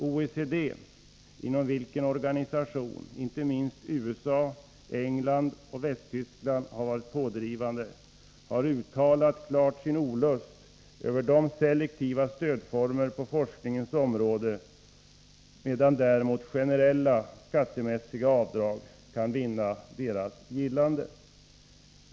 OECD — inom vilken organisation inte minst USA, England och Västtyskland har varit pådrivande — har klart uttalat sin olust över selektiva stödformer på forskningens område, medan däremot generella skattemässiga avdrag kan vinna deras gillande.